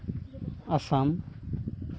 Assam